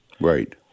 Right